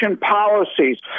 policies